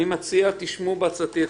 אני מציע, תשמעו בעצתי.